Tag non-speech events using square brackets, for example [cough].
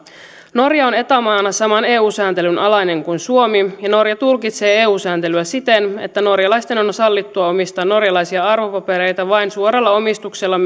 norja on eta maana saman eu sääntelyn alainen kuin suomi ja norja tulkitsee eu sääntelyä siten että norjalaisten on on sallittua omistaa norjalaisia arvopapereita vain suoralla omistuksella [unintelligible]